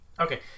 Okay